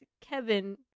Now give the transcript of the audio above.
Kevin